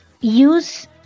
use